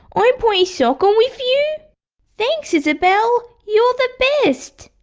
i play soccer with you? thanks isabelle! you're the best!